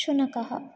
शुनकः